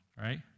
right